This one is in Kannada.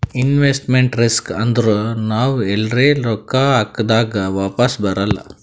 ಇನ್ವೆಸ್ಟ್ಮೆಂಟ್ ರಿಸ್ಕ್ ಅಂದುರ್ ನಾವ್ ಎಲ್ರೆ ರೊಕ್ಕಾ ಹಾಕ್ದಾಗ್ ವಾಪಿಸ್ ಬರಲ್ಲ